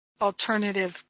alternative